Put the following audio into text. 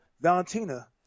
Valentina